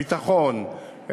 ביטחון,